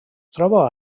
troba